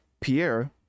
Pierre